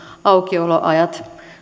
aukioloajat